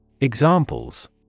Examples